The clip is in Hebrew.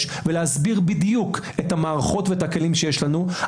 ולהסביר בדיוק את המערכות ואת הכלים שיש לנו,